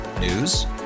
News